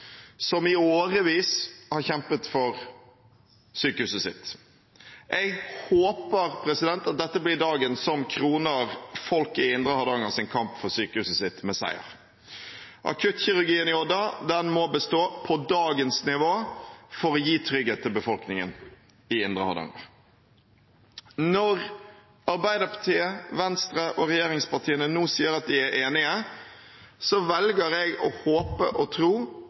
som i årevis har kjempet for sykehuset sitt. Jeg håper at dette blir dagen som kroner folket i indre Hardangers kamp for sykehuset sitt med seier. Akuttkirurgien i Odda må bestå på dagens nivå for å gi trygghet til befolkningen i indre Hardanger. Når Arbeiderpartiet, Venstre og regjeringspartiene nå sier at de er enige, velger jeg å håpe og tro